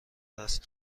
است